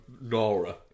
Nora